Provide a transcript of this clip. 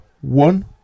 one